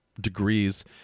degrees